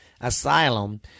asylum